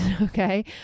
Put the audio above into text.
Okay